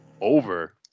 over